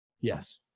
Yes